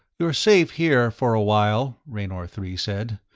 you're safe here, for a while, raynor three said,